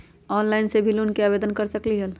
Online से भी loan के आवेदन कर सकलीहल?